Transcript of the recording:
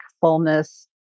fullness